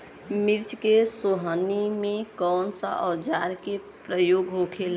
मिर्च के सोहनी में कौन सा औजार के प्रयोग होखेला?